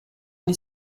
les